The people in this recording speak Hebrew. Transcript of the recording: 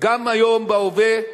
גם היום, בהווה,